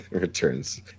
returns